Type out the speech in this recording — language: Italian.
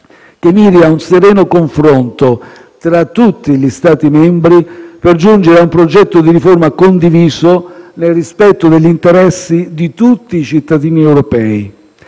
che miri a un sereno confronto tra tutti gli Stati membri per giungere a un progetto di riforma condiviso nel rispetto degli interessi di tutti i cittadini europei.